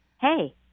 hey